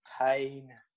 pain